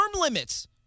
limits